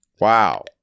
wow